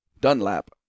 dunlap